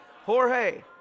Jorge